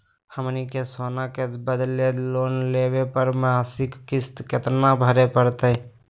हमनी के सोना के बदले लोन लेवे पर मासिक किस्त केतना भरै परतही हे?